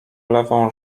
lewą